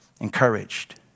encouraged